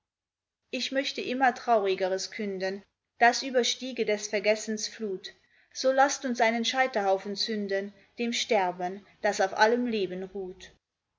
ich möchte immer traurigeres künden das überstiege des vergessens flut so laßt uns einen scheiterhaufen zünden dem sterben das auf allem leben ruht